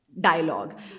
dialogue